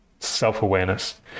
self-awareness